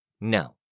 No